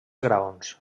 graons